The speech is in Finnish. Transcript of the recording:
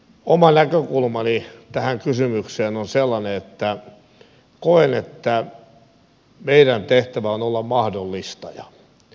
oma näkökulmani tähän kysymykseen on sellainen että koen että meidän tehtävämme on olla mahdollistaja